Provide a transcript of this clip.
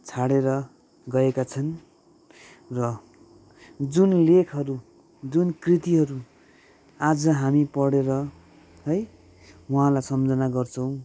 छाडेर गएका छन् र जुन लेखहरू जुन कृतिहरू आज हामी पढेर है उहाँलाई सम्झना गर्छौँ